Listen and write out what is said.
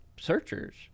searchers